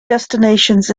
destinations